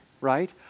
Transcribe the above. right